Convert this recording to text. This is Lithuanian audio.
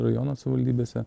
rajono savivaldybėse